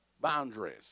boundaries